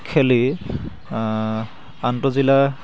খেলি আন্তঃ জিলা